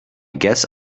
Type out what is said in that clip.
guess